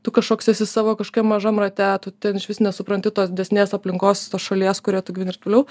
tu kažkoks esi savo kažkokiam mažam rate tu ten išvis nesupranti tos didesnės aplinkos tos šalies kurioje tu gyveni ir toliau